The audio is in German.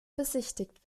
besichtigt